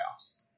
playoffs